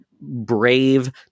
brave